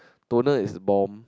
toner is bomb